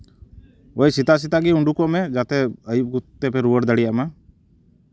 ᱳᱭ ᱥᱮᱛᱟᱜ ᱥᱮᱛᱟᱜ ᱜᱮ ᱩᱰᱩᱠᱚᱜ ᱢᱮ ᱡᱟᱛᱮ ᱟᱹᱭᱩᱵ ᱛᱮᱯᱮ ᱨᱩᱣᱟᱹᱲ ᱫᱟᱲᱮᱭᱟᱜ ᱢᱟ